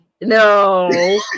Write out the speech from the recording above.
No